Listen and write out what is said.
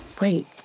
Wait